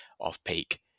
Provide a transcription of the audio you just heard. off-peak